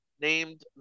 named